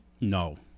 No